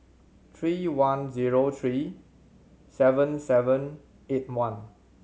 three one zero three seven seven eight one